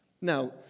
Now